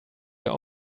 your